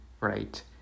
right